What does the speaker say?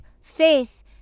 faith